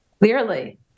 Clearly